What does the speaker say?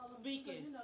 speaking